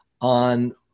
on